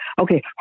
Okay